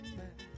back